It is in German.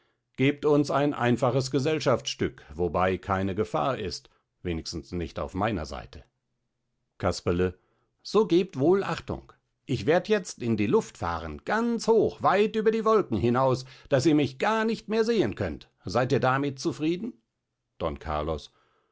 gebt uns ein einfaches gesellschaftsstück wobei keine gefahr ist wenigstens nicht auf meiner seite casperle so gebt wohl achtung ich werd jetzt in die luft fahren ganz hoch weit über die wolken hinaus daß ihr mich gar nicht mehr sehen könnt seid ihr damit zufrieden don carlos